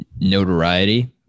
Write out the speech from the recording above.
notoriety